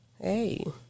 Hey